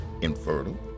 infertile